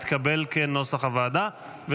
כנוסח הוועדה, התקבל.